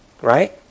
Right